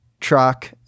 truck